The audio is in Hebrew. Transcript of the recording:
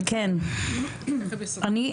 תודה